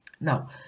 Now